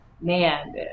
man